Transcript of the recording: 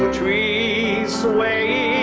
trees away